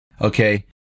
okay